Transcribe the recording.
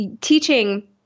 teaching